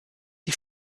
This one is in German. die